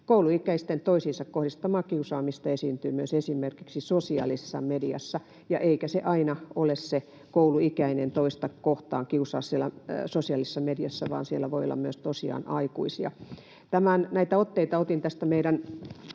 Kouluikäisten toisiinsa kohdistamaa kiusaamista esiintyy myös esimerkiksi sosiaalisessa mediassa.” Eikä se aina ole kouluikäinen, joka toista kiusaa siellä sosiaalisessa mediassa, vaan siellä voi tosiaan olla myös aikuisia. — Näitä otteita otin tästä meidän